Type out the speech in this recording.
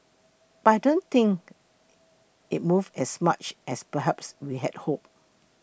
but I don't think it's moved as much as perhaps we had hoped